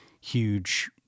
huge